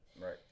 Right